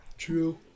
true